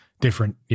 different